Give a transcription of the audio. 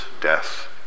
death